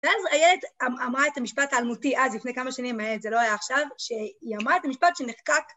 ‫ואז איילת אמרה את המשפט העלמותי, ‫אז, לפני כמה שנים, זה לא היה עכשיו, ‫שהיא אמרה את המשפט שנחקק...